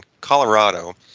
Colorado